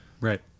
Right